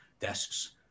desks